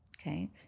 Okay